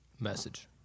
Message